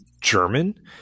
german